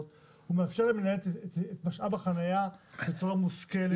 הוא מאפשר להם את משאב החנייה בצורה מושכלת.